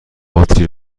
باتری